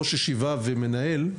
ראש ישיבה ומנהל,